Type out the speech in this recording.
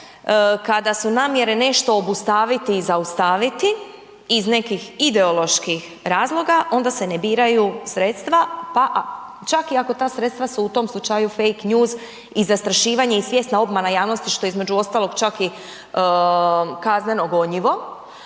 kada su namjere nešto obustaviti i zaustaviti iz nekih ideoloških razloga onda se ne biraju sredstva pa čak i ako ta sredstva su u tom slučaju fake news i zastrašivanje i svjesna obmana javnosti što između ostalog je čak i kazneno gonjivo.